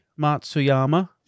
Matsuyama